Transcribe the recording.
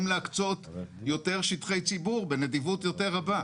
להקצות יותר שטחי ציבור בנדיבות יותר רבה.